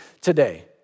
today